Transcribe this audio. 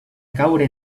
caure